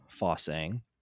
Fossang